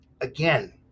Again